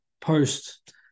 post